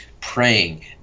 praying